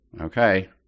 Okay